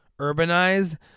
urbanized